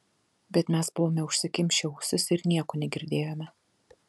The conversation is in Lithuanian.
bet mes buvome užsikimšę ausis ir nieko negirdėjome